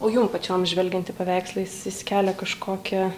o jum pačiom žvelgiant į paveikslą jis jis kelia kažkokią